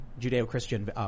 Judeo-Christian